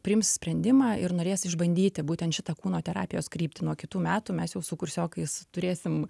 priims sprendimą ir norės išbandyti būtent šitą kūno terapijos kryptį nuo kitų metų mes jau su kursiokais turėsim